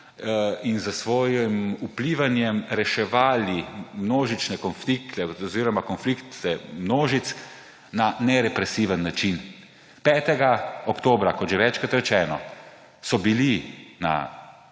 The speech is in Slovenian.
in s svojim vplivanjem reševali množične konflikte oziroma konflikte množic na nerepresiven način. 5. oktobra, kot že večkrat rečeno, so bili na